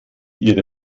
ihre